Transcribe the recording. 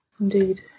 Indeed